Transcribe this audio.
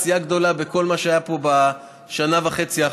עשייה גדולה בכל מה שהיה פה בשנה וחצי אחרונות.